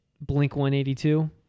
Blink-182